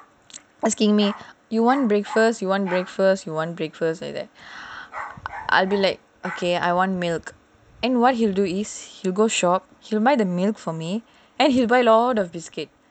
asking me you want breakfast you want breakfast you want breakfast like that I'll be like okay I want milk and what he will do is he will go shop he will buy the milk for me and he will buy lots of biscuit